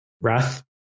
Wrath